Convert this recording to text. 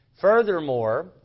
Furthermore